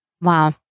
Wow